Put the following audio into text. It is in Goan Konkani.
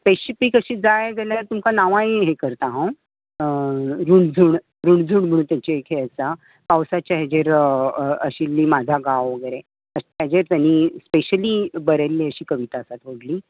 स्पेसिफीक अशी जाय जाल्यार तुका नांवांय हे करतां हांव अ रुणझूण रुणझूण म्हण तांचे हे एक आसा पावसाचेर हाजेर आशिल्ली म्हाजा गांव ताचेर तांणी बरयल्ली स्पेशली अशी कवीता आसा व्हडली